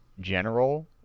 general